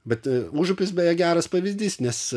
bet užupis beje geras pavyzdys nes